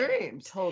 dreams